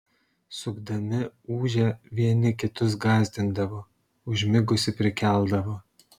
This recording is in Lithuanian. sukdami ūžę vieni kitus gąsdindavo užmigusį prikeldavo